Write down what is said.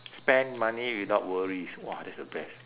spend money without worries !wah! that's the best